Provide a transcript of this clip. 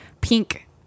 pink